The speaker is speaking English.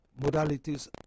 modalities